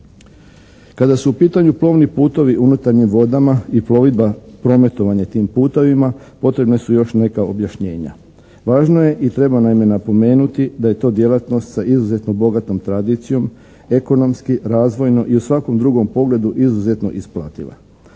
Kada su u pitanju plovni putovi unutarnjim vodama i plovidba prometovanje tim putovima potrebna su još neka objašnjenja. Važno je i treba naime napomenuti da je to djelatnost sa izuzetno bogatom tradicijom, ekonomski, razvojno i u svakom drugom pogledu izuzetno isplativa.